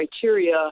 criteria